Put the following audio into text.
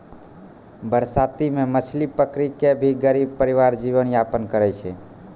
बरसाती मॅ मछली पकड़ी कॅ भी गरीब परिवार जीवन यापन करै छै